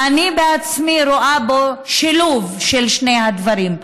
ואני בעצמי רואה בו שילוב של שני הדברים.